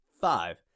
five